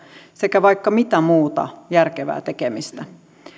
sekä vaikka mitä muuta järkevää tekemistä